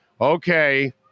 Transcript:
Okay